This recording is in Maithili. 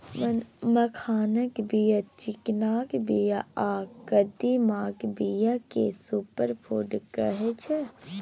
मखानक बीया, चिकनाक बीया आ कदीमाक बीया केँ सुपर फुड कहै छै